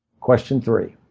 question three,